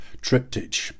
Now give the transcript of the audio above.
Triptych